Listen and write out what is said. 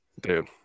Dude